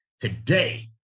Today